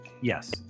yes